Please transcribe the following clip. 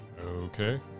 Okay